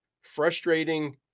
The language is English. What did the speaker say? frustrating